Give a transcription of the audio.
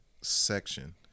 section